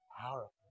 Powerful